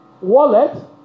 wallet